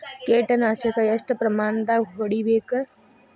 ಕೇಟ ನಾಶಕ ಎಷ್ಟ ಪ್ರಮಾಣದಾಗ್ ಹೊಡಿಬೇಕ?